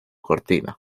cortina